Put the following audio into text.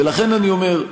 ולכן אני אומר,